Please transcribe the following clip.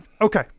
Okay